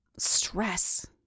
Stress